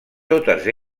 totes